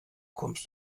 kommst